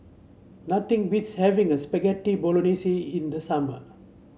nothing beats having a Spaghetti Bolognese in the summer